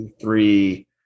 three